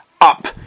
up